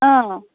অঁ